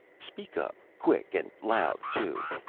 speak up quick, and loud too.